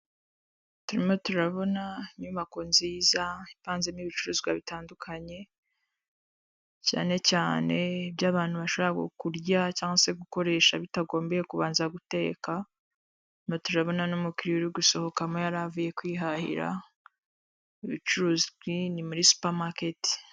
Turimo turabona inyubako nziza ipanzemo n'ibicuruzwa bitandukanye, cyane cyane iby'abantu bashobora kurya cyangwa se gukoresha bitagombeye kubanza guteka, turimo turabona n'umukiliya uri gusohokamo yari avuye kwihahira ibicuruzwa ni muri supamaketi.